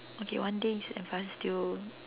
okay one day in advanced still